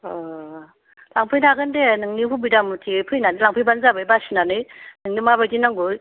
अह लांफैनो हागोन दे नोंनि सुबिदा मथे फैनानै लांफैबानो जाबाय बासिनानै नोंनो माबायदि नांगौ